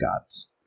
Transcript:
gods